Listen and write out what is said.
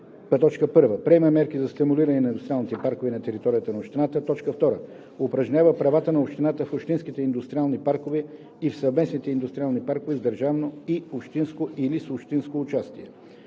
съвет: 1. приема мерки за стимулиране на индустриалните паркове на територията на общината; 2. упражнява правата на общината в общинските индустриални паркове и в съвместните индустриални паркове с държавно и общинско или с общинско участие.